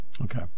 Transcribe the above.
Okay